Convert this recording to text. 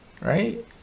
Right